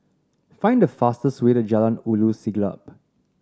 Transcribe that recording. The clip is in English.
find the fastest way to Jalan Ulu Siglap